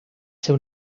ser